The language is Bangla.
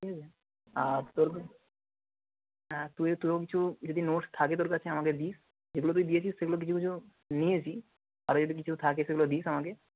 ঠিক আছে আর তোর হ্যাঁ তুইও তুইও কিছু যদি নোটস থাকে তোর কাছে আমাকে দিস যেগুলো তুই দিয়েছিস সেগুলো কিছু কিছু নিয়েছি আরও যদি কিছু থাকে সেগুলো দিস আমাকে